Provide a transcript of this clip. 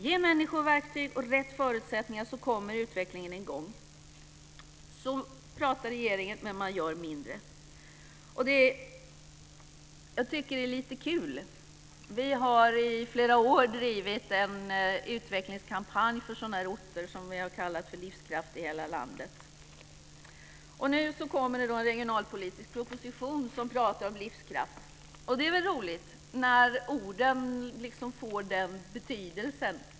Ge människor verktyg och rätt förutsättningar så kommer utvecklingen i gång. Så pratar regeringen, men man gör mindre. Det är lite kul: Vi har i flera år drivit en utvecklingskampanj, Livskraft i hela landet, för sådana orter. Nu kommer det en regionalpolitisk proposition som tar upp frågan om livskraft. Det är väl roligt när orden får den betydelsen.